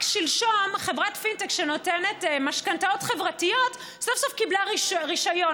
רק שלשום חברת פינטק שנותנת משכנתאות חברתיות סוף-סוף קיבלה רישיון,